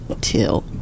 Till